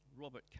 Robert